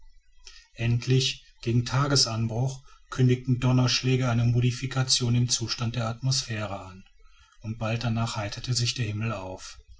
endlich gegen tagesanbruch kündigten donnerschläge eine modifikation im zustand der atmosphäre an und bald danach heiterte sich der himmel auf